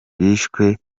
bishwe